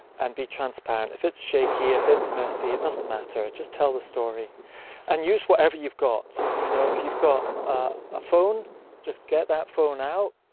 and be transparent. if it's shaky, if it's messy, it doesn't matter. just tell the story and use whatever you've got. you know, if you've got a phone just get that phone out,